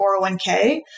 401k